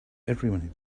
everyone